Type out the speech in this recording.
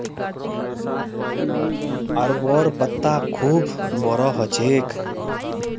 अरबोंर पत्ता खूब बोरो ह छेक